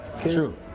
true